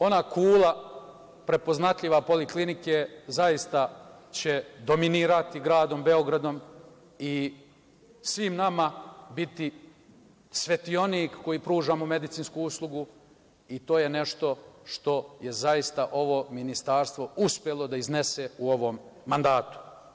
Ona kula, prepoznatljiva poliklinike, zaista će dominirati gradom Beogradom i svim nama biti svetionik koji pružamo medicinsku uslugu i to je nešto što je zaista ovo ministarstvo uspelo da iznese u ovom mandatu.